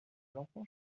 enfants